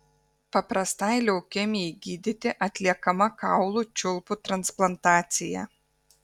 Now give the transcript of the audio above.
paprastai leukemijai gydyti atliekama kaulų čiulpų transplantacija